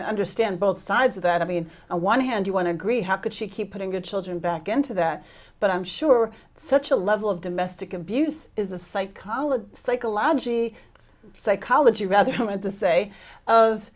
understand both sides of that i mean one hand you want to agree how could she keep putting the children back into that but i'm sure such a level of domestic abuse is the psychology psychologically it's psychology rather common to say of